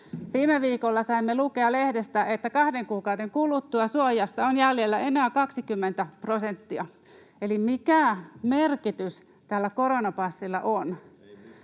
Viime viikolla saimme lukea lehdestä, että kahden kuukauden kuluttua suojasta on jäljellä enää 20 prosenttia. Eli mikä merkitys tällä koronapassilla on?